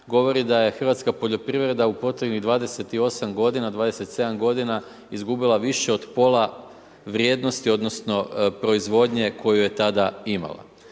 Govori da je hrvatska poljoprivreda u posljednjih 28 godina, 27 godina izgubila više od pola vrijednosti, odnosno proizvodnje koju je tada imala.